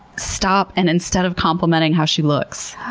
stop. and instead of complimenting how she looks,